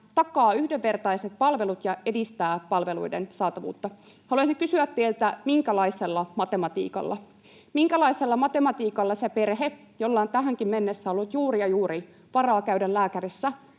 takaa yhdenvertaiset palvelut ja edistää palveluiden saatavuutta. Haluaisin kysyä teiltä: minkälaisella matematiikalla se perhe, jolla on tähänkin mennessä ollut juuri ja juuri varaa käydä lääkärissä,